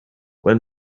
when